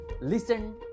listen